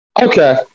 Okay